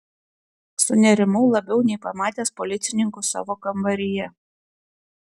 sunerimau labiau nei pamatęs policininkus savo kambaryje